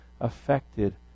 affected